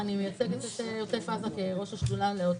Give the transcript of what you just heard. מייצגת את עוטף עזה כראש השדולה לעוטף.